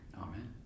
Amen